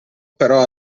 però